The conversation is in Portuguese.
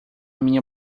minha